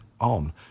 on